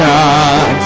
God